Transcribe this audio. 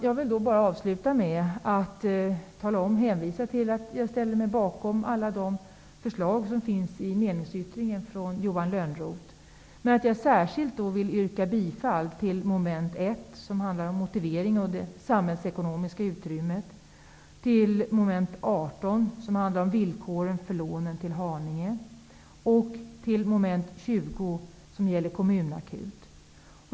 Jag ställer mig bakom alla de förslag som finns i meningsyttringen av Johan Lönnroth. Men jag vill särskilt yrka bifall till följande moment som tas upp i meningsyttringen: Mom. 1 som handlar om det samhällsekonomiska utrymmet, mom. 18 som handlar om lånevillkor för Haninge och till mom. 20 som gäller en kommunakut.